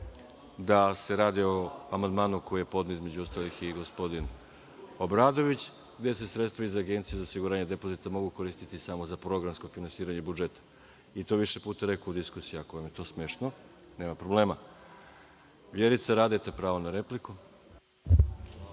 da se radi o amandmanu koji je podneo između ostalih i gospodin Obradović, gde se sredstva iz Agencije za osiguranje depozita mogu koristiti samo za programsko finansiranje budžeta, i to je više puta rekao u diskusiji. Ako vam je to smešno, nema problema. Vjerica Radeta, pravo na repliku.